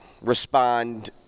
respond